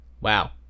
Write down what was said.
Wow